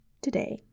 today